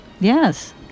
Yes